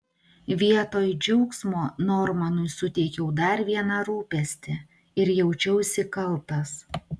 vietoj džiaugsmo normanui suteikiau dar vieną rūpestį ir jaučiausi kaltas